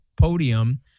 podium